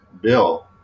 bill